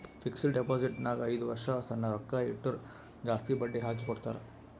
fixed deposit ನಾಗ್ ಐಯ್ದ ವರ್ಷ ತನ್ನ ರೊಕ್ಕಾ ಇಟ್ಟುರ್ ಜಾಸ್ತಿ ಬಡ್ಡಿ ಹಾಕಿ ಕೊಡ್ತಾರ್